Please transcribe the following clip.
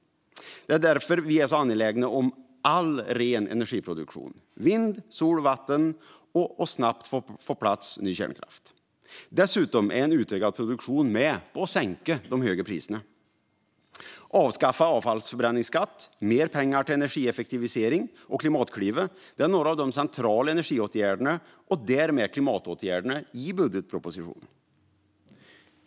Det är därför vi är så angelägna om all ren energiproduktion - vind, sol och vatten - och att snabbt få på plats ny kärnkraft. Dessutom är en utökad produktion med på att sänka de höga priserna. Avskaffad avfallsförbränningsskatt, mer pengar till energieffektivisering och Klimatklivet är några av de centrala energiåtgärderna och därmed klimatåtgärderna i budgetpropositionen.